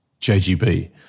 JGB